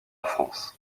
france